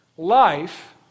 Life